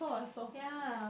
yeah